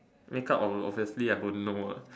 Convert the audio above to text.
make up on obviously I won't know ah